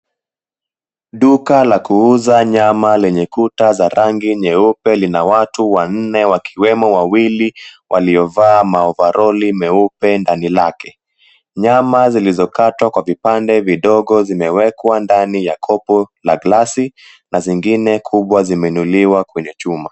Duka la kuuza nyama lenye kuta za rangi nyeupe lina watu wanne wakiwemo wawili waliovaa maovaroli meupe ndani lake. Nyama zilizokatwa kwa vipande vidogo zimewekwa ndani ya kopo la glasi na zingine kubwa zimeinuliwa kwenye chuma.